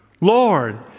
Lord